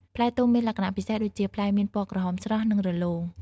ផ្លែទុំមានលក្ខណៈពិសេសដូចជា ផ្លែមានពណ៌ក្រហមស្រស់ និងរលោង។